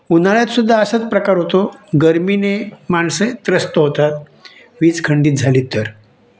उन्हाळ्यात सुद्धा असंच प्रकार होतो गरमीने माणसे त्रस्त होतात वीज खंडित झाली तर